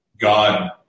God